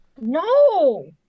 no